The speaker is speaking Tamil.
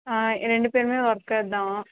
ரெண்டு பேரும் ஒர்க்கர் தான்